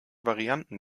varianten